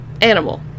animal